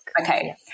Okay